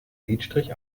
lidstrich